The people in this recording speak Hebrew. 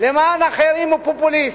למען אחרים הוא פופוליסט,